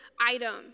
item